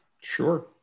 Sure